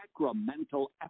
sacramental